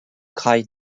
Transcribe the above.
kraï